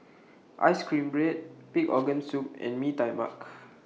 Ice Cream Bread Pig Organ Soup and Mee Tai Mak